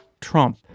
Trump